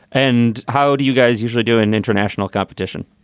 and how do you guys usually do in international competition?